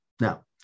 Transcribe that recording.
Now